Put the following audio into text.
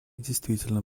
действительно